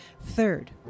Third